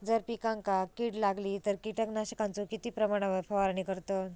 जर पिकांका कीड लागली तर कीटकनाशकाचो किती प्रमाणावर फवारणी करतत?